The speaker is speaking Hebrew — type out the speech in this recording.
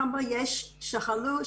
כמה יש שחלו,